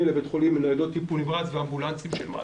לבית חולים בניידות טיפול נמרץ ואמבולנסים של מד"א.